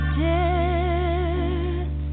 death